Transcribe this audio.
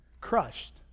crushed